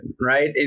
right